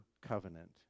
covenant